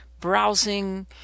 browsing